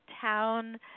town